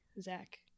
Zach